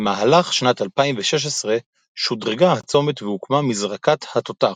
במהלך שנת 2016 שודרגה הצומת והוקמה "מזרקת התותח",